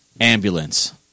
ambulance